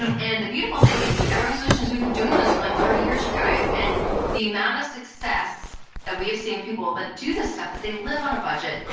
and the beautiful thing is at ramsey solutions, we've been doing this for like thirty years, you guys, and the amount of success that we have seen people that do this stuff, that they live on a budget,